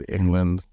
England